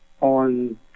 On